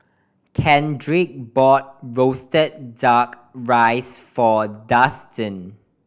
Kendrick bought roasted Duck Rice for Dustin